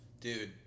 dude